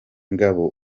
ngabo